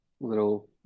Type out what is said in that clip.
little